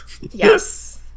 yes